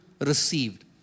received